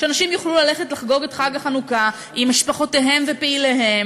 שאנשים יוכלו ללכת לחגוג את חג החנוכה עם משפחותיהם ופעיליהם,